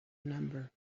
number